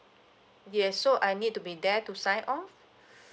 yes so I need to be there to sign off